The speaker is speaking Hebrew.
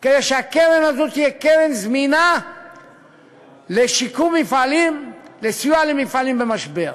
כדי שהקרן הזאת תהיה קרן זמינה לשיקום מפעלים ולסיוע למפעלים במשבר.